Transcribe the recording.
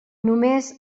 només